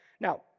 Now